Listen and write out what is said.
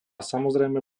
samozrejme